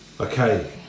Okay